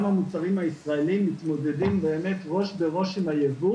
המוצרים הישראליים מתמודדים באמת ראש בראש עם הייבוא